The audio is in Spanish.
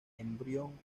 embrión